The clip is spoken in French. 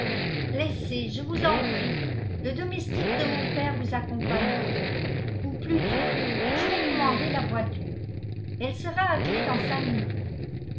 laissez je vous en prie le domestique de mon père vous accompagner ou plutôt je vais commander la voiture elle sera attelée dans cinq minutes